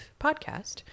Podcast